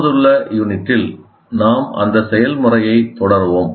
தற்போதுள்ள யூனிட்டில் நாம் அந்த செயல்முறையைத் தொடருவோம்